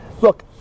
Look